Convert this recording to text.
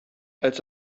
als